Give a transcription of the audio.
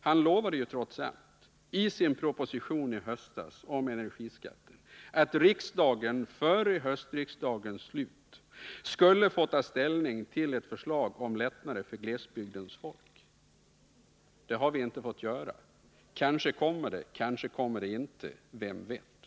Han lovade trots allt i sin proposition i höstas om energiskatter att riksdagen före höstriksdagens slut skulle få ta ställning till ett förslag om lättnader för glesbygdens folk. Det har vi inte fått göra. Kanske kommer det, kanske kommer det inte — vem vet?